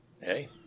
Hey